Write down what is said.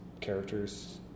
characters